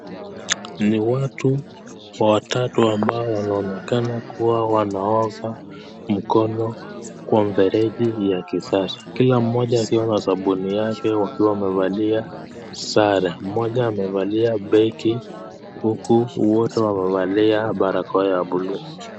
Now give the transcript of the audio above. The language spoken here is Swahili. Ni watu watatu ambao wanaonekana kuwa wanaoga mkono kwa mfereji ya kisasa, Kila moja akiwa na sabuni yake wakiwa wamevalia sare. Mmoja amevalia beki huku wote wamevalia barakoa ya blue .